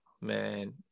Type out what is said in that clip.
man